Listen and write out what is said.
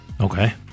Okay